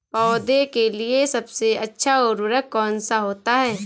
पौधे के लिए सबसे अच्छा उर्वरक कौन सा होता है?